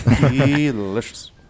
Delicious